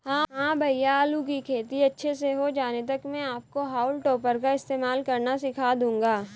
हां भैया आलू की खेती अच्छे से हो जाने तक मैं आपको हाउल टॉपर का इस्तेमाल करना सिखा दूंगा